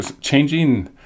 changing